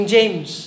James